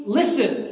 listen